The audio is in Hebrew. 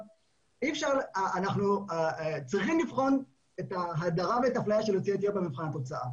אנחנו צריכים לבחון את ההדרה ואת האפליה של יוצאי אתיופיה מבחינת תוצאה,